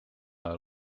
ajal